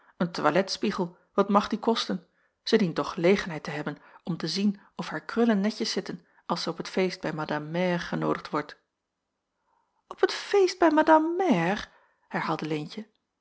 een toiletspiegel wat mag die kosten zij dient toch gelegenheid te hebben om te zien of haar krullen netjes zitten als zij op t feest bij madame mère genoodigd wordt op t feest bij madame mère herhaalde leentje